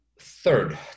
third